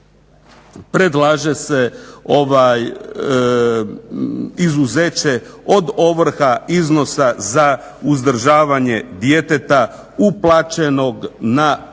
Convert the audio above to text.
predlaže se izuzeće od ovrha iznosa za uzdržavanje djeteta uplaćenog na poseban